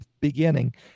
beginning